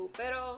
pero